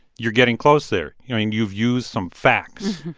you're getting close there. i mean, you've used some facts.